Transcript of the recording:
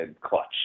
Clutch